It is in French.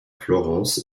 florence